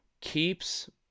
Keeps